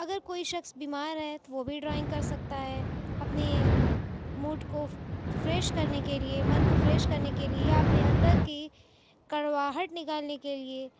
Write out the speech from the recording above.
اگر کوئی شخص بیمار ہے تو وہ بھی ڈرائنگ کر سکتا ہے اپنے موڈ کو فریش کرنے کے لیے من کو فریش کرنے کے لیے اپنے اندر کی کڑواہٹ نکالنے کے لیے